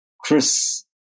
Chris